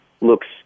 looks